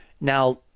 now